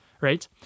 right